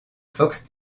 fox